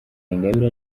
ingabire